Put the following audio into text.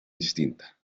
distinta